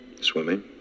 Swimming